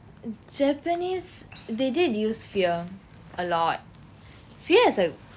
japanese they did use fear a lot fear is a ah